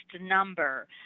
number